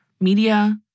media